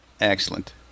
Excellent